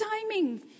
timing